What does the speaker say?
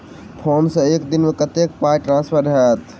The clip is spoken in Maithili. फोन सँ एक दिनमे कतेक पाई ट्रान्सफर होइत?